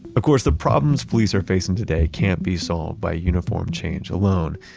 of course, the problems police are facing today cannot be solved by uniform change alone,